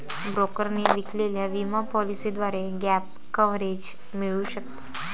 ब्रोकरने विकलेल्या विमा पॉलिसीद्वारे गॅप कव्हरेज मिळू शकते